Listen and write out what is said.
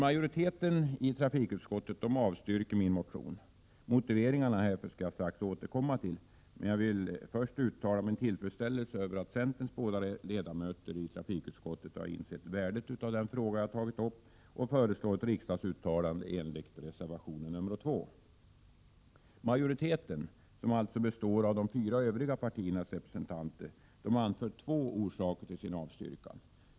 Majoriteten i trafikutskottet avstyrker min motion. Motiveringarna härför skall jag strax återkomma till, men jag vill först uttala min tillfredsställelse över att centerns båda ledamöter i trafikutskottet insett värdet av den fråga jag tagit upp och föreslår ett riksdagsuttalande enligt reservation 2. Majoriteten, som alltså består av de fyra övriga partiernas representanter, anför två orsaker för avstyrkandet.